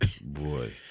Boy